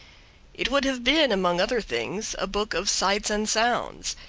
it would have been, among other things, a book of sights and sounds.